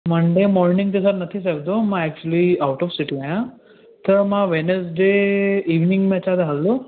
Monday morning ते त न थी सघंदो मां एक्चुअली ऑउट ऑफ़ सीटी आहियां त मां वैनस्डे इवनिंग में अचां त हलंदो